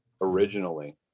originally